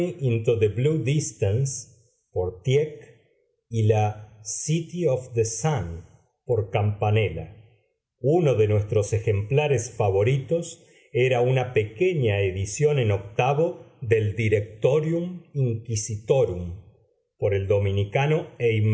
distance por tieck y la city of the sun por campanella uno de nuestros ejemplares favoritos era una pequeña edición en octavo del directorium inquisitorum por el dominicano